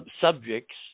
subjects